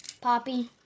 Poppy